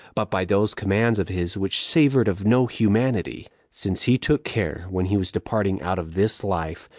but by those commands of his which savored of no humanity since he took care, when he was departing out of this life,